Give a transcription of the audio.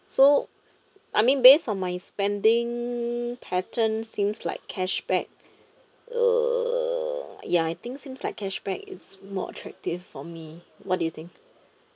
so I mean based on my spending pattern seems like cashback uh ya I think seems like cashback it's more attractive for me what do you think